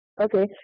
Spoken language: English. Okay